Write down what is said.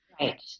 Right